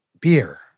beer